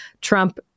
Trump